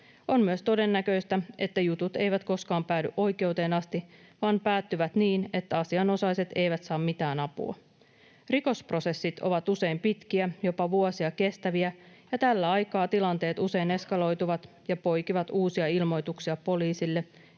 On myös todennäköistä, että jutut eivät koskaan päädy oikeuteen asti vaan päättyvät niin, että asianosaiset eivät saa mitään apua. Rikosprosessit ovat usein pitkiä, jopa vuosia kestäviä, ja tällä aikaa tilanteet usein eskaloituvat ja poikivat uusia ilmoituksia poliisille